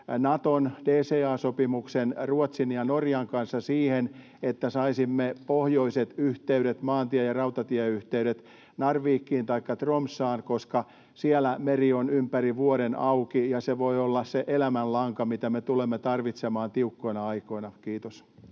Naton DCA-sopimukseen Ruotsin ja Norjan kanssa niin, että saisimme pohjoiset maantie- ja rautatieyhteydet Narvikiin taikka Tromssaan, koska siellä meri on ympäri vuoden auki, ja se voi olla se elämänlanka, mitä me tulemme tarvitsemaan tiukkoina aikoina? — Kiitos.